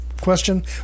question